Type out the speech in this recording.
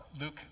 Luke